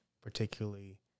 particularly